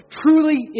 truly